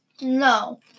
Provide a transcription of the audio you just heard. No